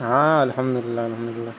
ہاں الحمد للہ الحمد للہ